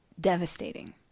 devastating